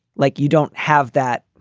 like you don't have that.